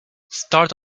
start